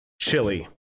Chili